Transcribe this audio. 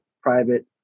private